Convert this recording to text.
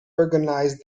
organize